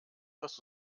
was